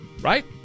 right